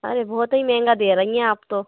अरे बहुत हि महँगा दे रहीं हैं आप तो